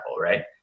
right